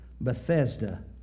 Bethesda